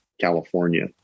California